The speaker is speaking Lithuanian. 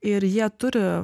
ir jie turi